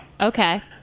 Okay